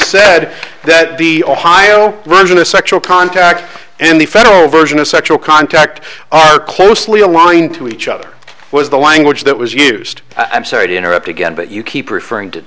said that the ohio version of sexual contact and the federal version of sexual contact are closely aligned to each other was the language that was used i'm sorry to interrupt again but you keep referring to